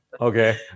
Okay